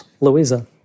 Louisa